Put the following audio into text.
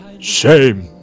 Shame